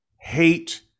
hate